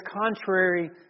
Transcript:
contrary